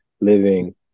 living